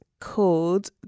called